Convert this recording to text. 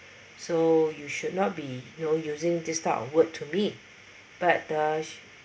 so you should not be you know using this type of word to me but the she